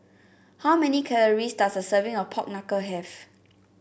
how many calories does a serving of Pork Knuckle have